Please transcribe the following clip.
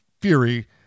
Fury